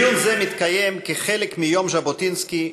דיון זה מתקיים כחלק מיום ז'בוטינסקי,